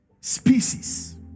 species